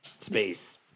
space